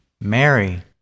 Mary